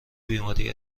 بیماری